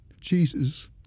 Jesus